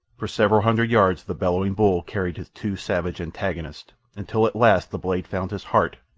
for several hundred yards the bellowing bull carried his two savage antagonists, until at last the blade found his heart,